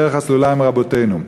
בדרך הסלולה מרבותינו.